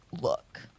look